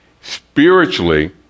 Spiritually